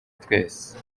twese